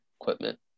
equipment